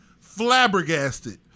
flabbergasted